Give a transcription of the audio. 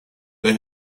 they